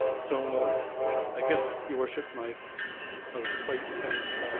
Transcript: so i guess, your worship, my i would just like to thank